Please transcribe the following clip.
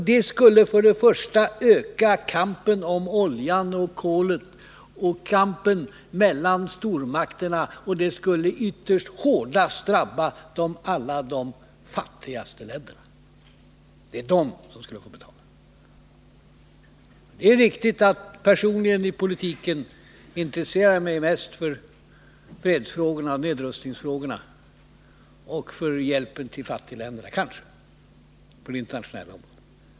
Det skulle till att börja med öka kampen om oljan och kolet och kampen mellan stormakterna — och det skulle ytterst drabba de fattigaste länderna hårdast. Det är de som skulle få betala. Det är riktigt att jag personligen i politiken på det internationella området intresserar mig mest för fredsfrågorna och nedrustningsfrågorna och för hjälpen till de fattiga länderna.